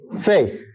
faith